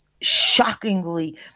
shockingly